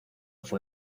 fue